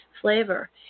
flavor